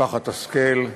משפחת השכל,